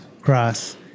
Cross